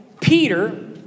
Peter